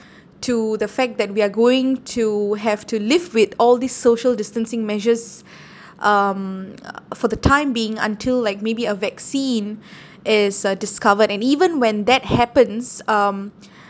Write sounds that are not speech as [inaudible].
to the fact that we are going to have to live with all these social distancing measures [breath] um uh for the time being until like maybe a vaccine is uh discovered and even when that happens um